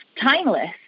timeless